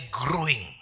growing